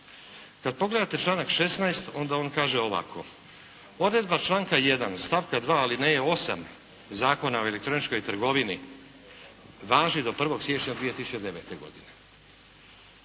Kad pogledate članak 16. onda on kaže ovako: "Odredba članka 1. stavka 2. alineje 8. Zakona o elektroničkoj trgovini važi do 1. siječnja 2009. godine.